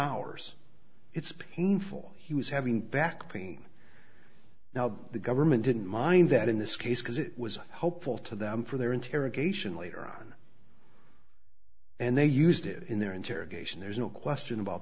hours it's painful he was having back pain now the government didn't mind that in this case because it was hopeful to them for their interrogation later on and they used it in their interrogation there's no question about